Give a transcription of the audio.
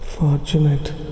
Fortunate